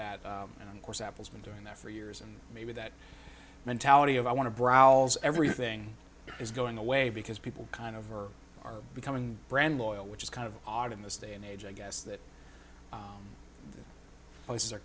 that of course apple's been doing that for years and maybe that mentality of i want to browse everything is going away because people kind of are becoming brand loyal which is kind of odd in this day and age i guess that places are